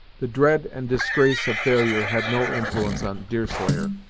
the dread and disgrace of failure had no influence on deerslayer,